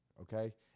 okay